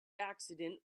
accident